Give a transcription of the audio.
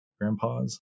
grandpa's